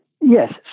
Yes